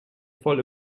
voll